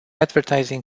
advertising